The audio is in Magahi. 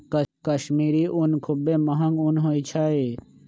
कश्मीरी ऊन खुब्बे महग ऊन होइ छइ